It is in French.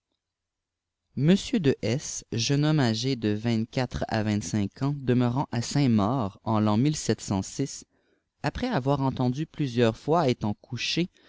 de s jeune homnie âgé de vingt-quatre à vingt-cinq ans demeurant à saint-maur en l'an après avoir entendu plusieurs fois étant couché